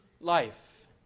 life